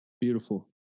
Beautiful